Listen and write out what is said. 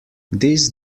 this